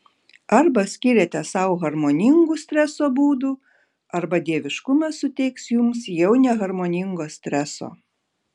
arba skiriate sau harmoningų streso būdų arba dieviškumas suteiks jums jau neharmoningo streso